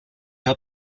hab